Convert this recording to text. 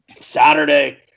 Saturday